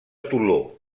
toló